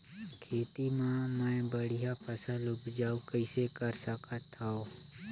खेती म मै बढ़िया फसल उपजाऊ कइसे कर सकत थव?